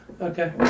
Okay